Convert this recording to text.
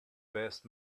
best